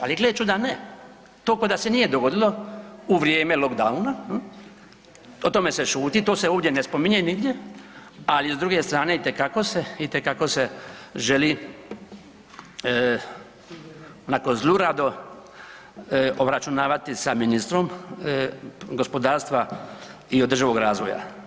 Ali gle čuda ne, to koda se nije dogodilo u vrijeme lockdowna, o tome se šuti, to se ovdje ne spominje nigdje, ali s druge strane itekako se, itekako se želi onako zlurado obračunavati sa ministrom gospodarstva i održivog razvoja.